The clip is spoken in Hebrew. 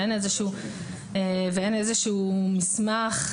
אין איזשהו מסמך,